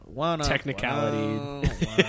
technicality